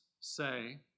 Say